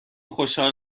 خوشحال